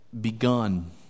begun